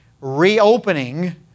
reopening